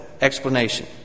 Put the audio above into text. explanation